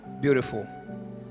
Beautiful